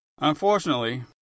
Unfortunately